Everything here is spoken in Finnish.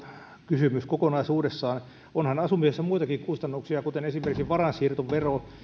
kysymys kokonaisuudessaan onhan asumisessa muitakin kustannuksia kuten esimerkiksi varainsiirtovero